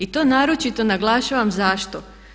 I to naročito naglašavam zašto?